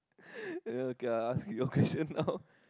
okay I'll ask you your question now